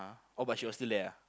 !huh! oh but she was still there ah